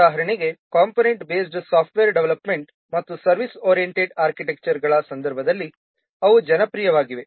ಉದಾಹರಣೆಗೆ component based software development ಮತ್ತು service oriented architecture ಗಳ ಸಂದರ್ಭದಲ್ಲಿ ಅವು ಜನಪ್ರಿಯವಾಗಿವೆ